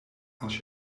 als